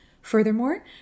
Furthermore